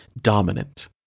dominant